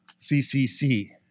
CCC